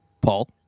Paul